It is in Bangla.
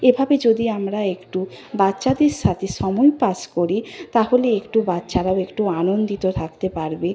এভাবে যদি আমরা একটু বাচ্চাদের সাথে সময় পাস করি তাহলে একটু বাচ্চারাও একটু আনন্দিত থাকতে পারবে